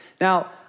Now